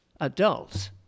adults